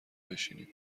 بشینیم